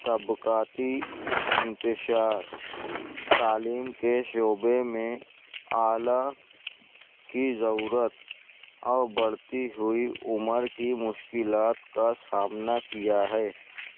طبقاتی انتشار تعلیم کے شعبے میں اعلیٰ کی ضرورت اور بڑھتی ہوئی عمر کی مشکلات کا سامنا کیا ہے